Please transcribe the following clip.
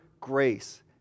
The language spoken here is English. grace